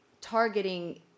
targeting